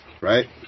right